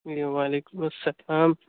جی وعلیکم السلام